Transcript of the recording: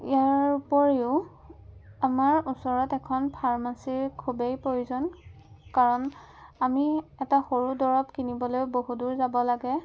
ইয়াৰ উপৰিও আমাৰ ওচৰত এখন ফাৰ্মাচীৰ খুবেই প্ৰয়োজন কাৰণ আমি এটা সৰু দৰৱ কিনিবলৈও বহুদূৰ যাব লাগে